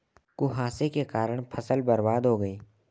कुहासे के कारण फसल बर्बाद हो गयी